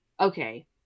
Okay